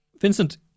Vincent